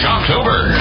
October